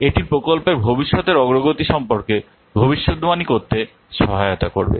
এটি প্রকল্পের ভবিষ্যতের অগ্রগতি সম্পর্কে ভবিষ্যদ্বাণী করতে সহায়তা করবে